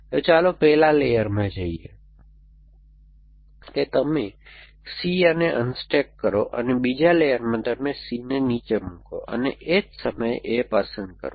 તો ચાલો પહેલા લેયરમાં કહીએ કે તમે C A ને અનસ્ટેક કરો અને બીજા લેયરમાં તમે C ને નીચે મુકો અને એ જ સમયે A પસંદ કરો